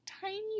tiny